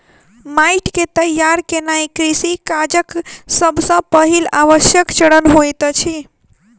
माइट के तैयार केनाई कृषि काजक सब सॅ पहिल आवश्यक चरण होइत अछि